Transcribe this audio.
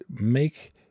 make